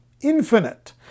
Infinite